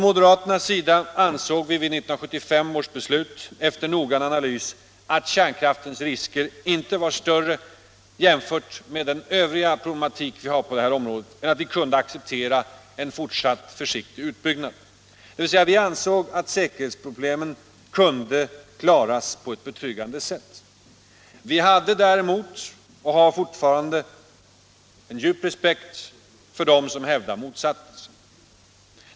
Moderaterna ansåg vid 1975 års beslut efter en noggrann analys att kärnkraftens risker inte var större jämfört med den övriga problematik vi har på detta område än att vi kunde acceptera en fortsatt försiktig utbyggnad, dvs. vi ansåg att säkerhetsproblemen kunde klaras på ett betryggande sätt. Vi hade samtidigt och har fortfarande en djup respekt för dem som hävdar motsatsen.